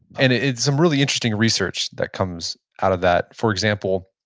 and it's some really interesting research that comes out of that. for example,